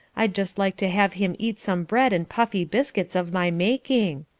i'd just like to have him eat some bread and puffy biscuits of my making.